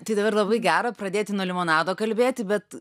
tai dabar labai gera pradėti nuo limonado kalbėti bet